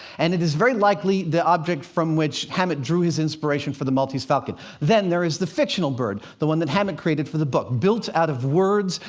and it is very likely the object from which hammett drew his inspiration for the maltese falcon. then there is the fictional bird, the one that hammett created for the book. built out of words,